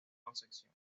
concepción